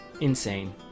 Insane